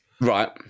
Right